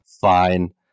fine